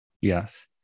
Yes